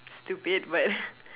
stupid but